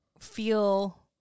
feel